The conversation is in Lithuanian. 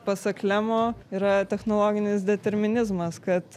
pasak lemo yra technologinis determinizmas kad